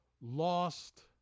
lost